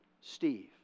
Steve